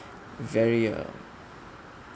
very uh